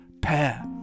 pair